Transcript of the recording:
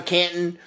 Canton